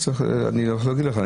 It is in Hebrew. אני חייב להגיד לך,